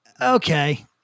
Okay